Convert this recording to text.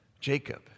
Jacob